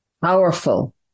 powerful